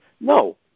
No